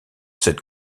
cette